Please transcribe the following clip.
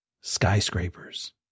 skyscrapers